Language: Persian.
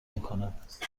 میکند